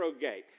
gate